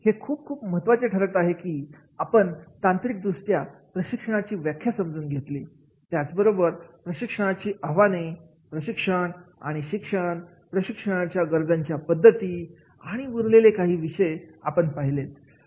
हे खूप खूप महत्त्वाचे ठरत आहे की आपण तांत्रिकदृष्ट्या प्रशिक्षणाची व्याख्या समजून घेतली त्याच बरोबर प्रशिक्षणाची आव्हाने प्रशिक्षण आणि शिक्षण प्रशिक्षण गरजांच्या पद्धती आणि उरलेले काही विषय आपण पाहिलेत